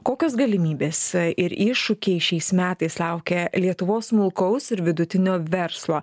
kokios galimybės ir iššūkiai šiais metais laukia lietuvos smulkaus ir vidutinio verslo